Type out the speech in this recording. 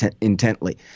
intently